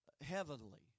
heavenly